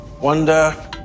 wonder